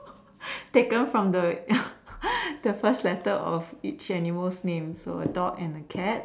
taken from the the first letter of each animal's name so a dog and a cat